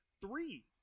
Three